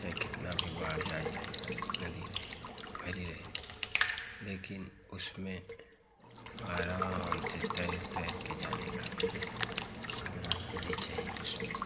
चाहे कितना भी बाढ़ आय जाए या नदी रहे भरी रहे लेकिन उसमें आराम से तैर तैर से जाने का घबराना नहीं चाहिए उसमें